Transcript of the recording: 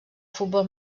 futbol